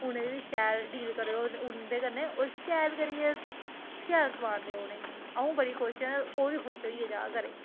उनें बी शैल डील करेओ उंदे कन्नै होर शैल करियै शैल समान देओ उ'नेंगी आ'ऊं बड़ी खुश ऐं ओह् बी खुश होइयै जान घरै गी